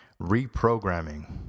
reprogramming